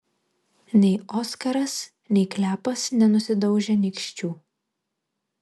nei oskaras nei klepas nenusidaužė nykščių